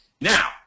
Now